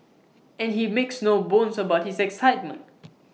and he makes no bones about his excitement